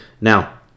Now